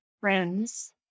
friends